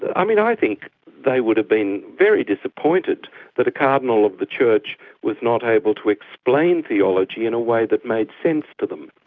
i mean, i think they would've been very disappointed that a cardinal of the church was not able to explain theology in a way that made sense to them.